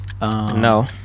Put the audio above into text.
No